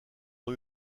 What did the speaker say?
ont